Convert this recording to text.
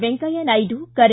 ವೆಂಕಯ್ಯ ನಾಯ್ಡ ಕರೆ